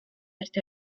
ერთ